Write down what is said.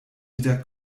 wieder